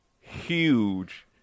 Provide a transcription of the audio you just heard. huge